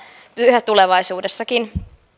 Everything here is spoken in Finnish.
yhä tulevaisuudessakin